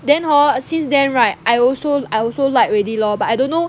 then hor since then right I also I also like already lor but I don't know